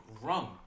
rum